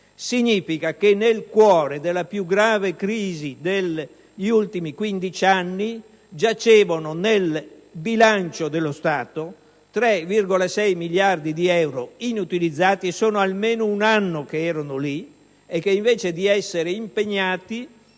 significa che nel cuore della più grave crisi degli ultimi 15 anni giacevano nel bilancio dello Stato 3,6 miliardi di euro inutilizzati; da almeno un anno erano lì e invece di essere impegnati